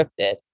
scripted